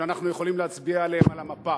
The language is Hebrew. שאנחנו יכולים להצביע עליהם על המפה,